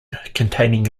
containing